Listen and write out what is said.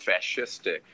fascistic